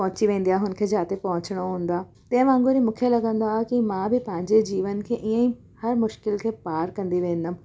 पहुची वेंदी आहे हुनखे जाते पहुचणो हूंदो आहे ते वांगुर ई मूंखे लॻंदो आहे की मां बि पंहिंजे जीवन खे ईअं ई हर मुश्किल खे पार कंदी वेंदमि